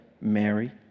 Mary